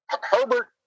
Herbert